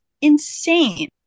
insane